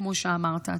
כמו שאמרת.